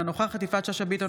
אינה נוכחת יפעת שאשא ביטון,